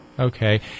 Okay